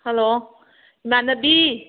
hello ꯏꯃꯥꯟꯅꯕꯤ